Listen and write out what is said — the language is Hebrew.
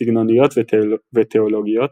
סגנוניות ותאולוגיות,